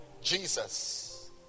Jesus